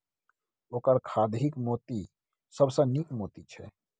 ओकर खाधिक मोती सबसँ नीक मोती छै